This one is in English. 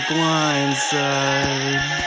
Blindside